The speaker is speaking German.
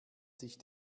sich